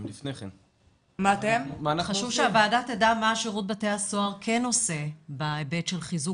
תדע מה שירות בתי הסוהר כן עושה בהקשר של חיזוק